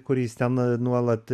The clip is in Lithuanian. kuris ten nuolat